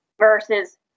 versus